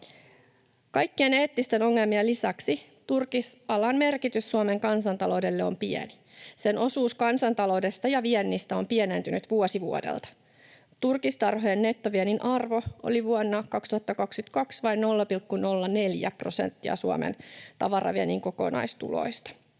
Kaikkien eettisten ongelmien lisäksi turkisalan merkitys Suomen kansantaloudelle on pieni. Sen osuus kansantaloudesta ja viennistä on pienentynyt vuosi vuodelta. Turkistarhojen nettoviennin arvo oli vuonna 2022 vain 0,04 prosenttia Suomen tavaraviennin kokonaistuloista.